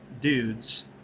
dudes